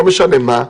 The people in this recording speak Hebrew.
לא משנה מה,